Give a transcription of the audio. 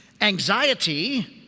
anxiety